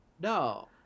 No